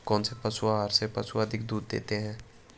कौनसे पशु आहार से पशु अधिक दूध देते हैं?